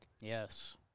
Yes